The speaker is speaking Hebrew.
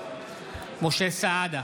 משה סעדה,